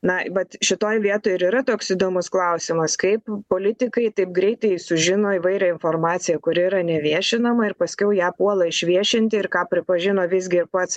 na vat šitoj vietoj ir yra toks įdomus klausimas kaip politikai taip greitai sužino įvairią informaciją kuri yra neviešinama ir paskiau ją puola išviešinti ir ką pripažino visgi ir pats